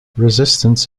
resistance